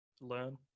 learn